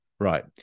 Right